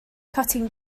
cutting